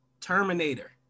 terminator